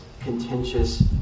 contentious